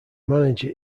manager